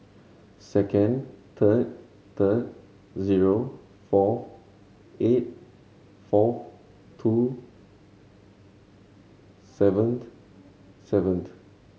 second third third zero four eight fourth two seven seven